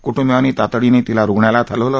कुटु वियांनी तातडीने तिला रुग्णालयात हलविले